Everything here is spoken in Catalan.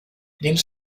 dins